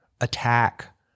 attack